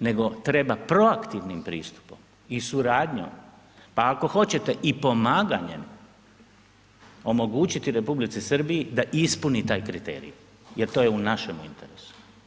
nego treba proaktivnim pristupom i suradnjom pa ako hoćete, i pomaganjem omogućiti Republici Srbiji da ispuni taj kriterij jer to je u našem interesu.